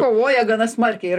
kovoja gana smarkiai ir